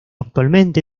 actualmente